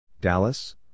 Dallas